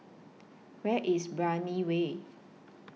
Where IS Brani Way